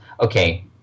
okay